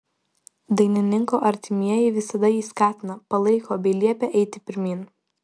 dainininko artimieji visada jį skatina palaiko bei liepia eiti pirmyn